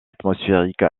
atmosphérique